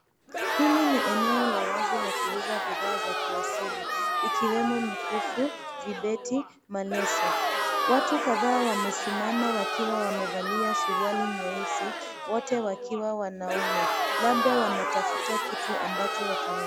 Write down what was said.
Hili ni eneo la wazi la kuuza bidhaa za kiasili ikiwemo mikufu, vibeti, maleso. Watu kadhaa wamesimama wakiwa wamevalia suruali nyeusi, wote wakiwa wanaume, labda wanatafuta kitu ambacho watanunua.